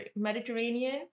mediterranean